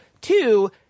Two